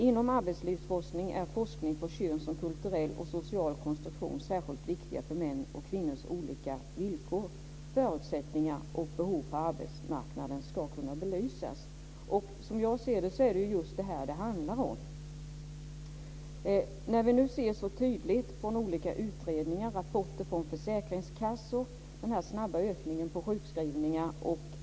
Inom arbetslivsforskningen är forskning på kön som kulturell och social konstruktion särskilt viktig för att mäns och kvinnors olika villkor, förutsättningar och behov på arbetsmarknaden ska kunna belysas." Som jag ser det är det just det här det handlar om. Vi ser nu den här snabba ökningen av sjukskrivningar så tydligt i och med olika utredningar och rapporter från försäkringskassor.